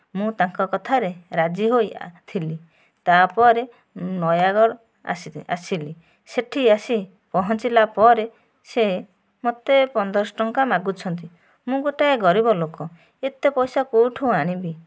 ମୁଁ ତାଙ୍କ କଥାରେ ରାଜି ହୋଇଥିଲି ତା'ପରେ ନୟାଗଡ଼ ଆସିଥିଲି ଆସିଲି ସେଇଠି ଆସି ପହଞ୍ଚିଲା ପରେ ସେ ମୋତେ ପନ୍ଦରଶହ ଟଙ୍କା ମାଗୁଛନ୍ତି ମୁଁ ଗୋଟିଏ ଗରିବ ଲୋକ ଏତେ ପଇସା କେଉଁଠୁ ଆଣିବି